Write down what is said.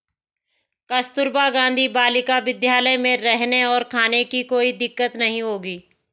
कस्तूरबा गांधी बालिका विद्यालय में रहने और खाने की कोई दिक्कत नहीं होगी